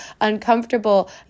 uncomfortable